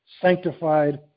sanctified